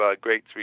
great